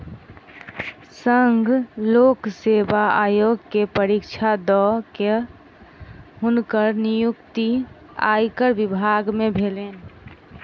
संघ लोक सेवा आयोग के परीक्षा दअ के हुनकर नियुक्ति आयकर विभाग में भेलैन